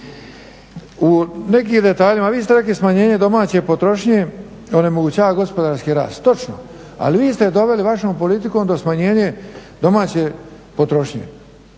U nekim detaljima, vi ste rekli smanjenje domaće potrošnje onemogućava gospodarski rast. Točno, ali vi ste doveli vašom politikom do smanjenja domaće potrošnje.